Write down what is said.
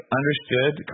understood